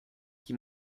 qui